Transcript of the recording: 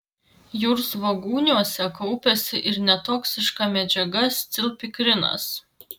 jūrsvogūniuose kaupiasi ir netoksiška medžiaga scilpikrinas